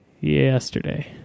Yesterday